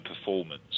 performance